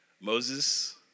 Moses